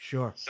Sure